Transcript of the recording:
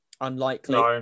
Unlikely